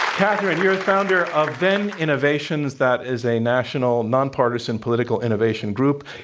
katherine, you're a founder of venn innovations. that is a national, nonpartisan political innovation group.